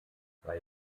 bei